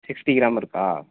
sixty gram இருக்கா